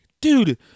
dude